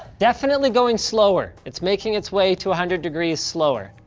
definitely going slower, it's making its way to a hundred degrees slower.